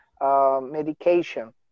medication